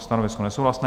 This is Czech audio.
Stanovisko nesouhlasné.